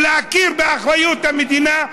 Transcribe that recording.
ולהכיר באחריות המדינה.